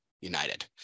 united